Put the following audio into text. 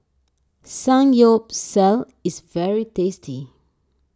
Samgyeopsal is very tasty